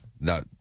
No